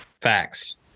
Facts